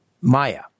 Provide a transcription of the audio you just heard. Maya